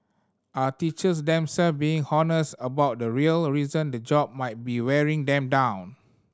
are teachers themselves being honest about the real reason the job might be wearing them down